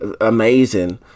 amazing